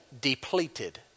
depleted